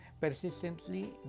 persistently